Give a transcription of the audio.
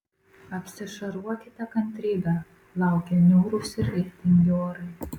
apsišarvuokite kantrybe laukia niūrūs ir lietingi orai